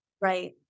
Right